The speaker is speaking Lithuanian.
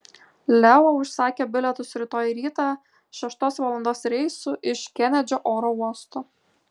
leo užsakė bilietus rytoj rytą šeštos valandos reisu iš kenedžio oro uosto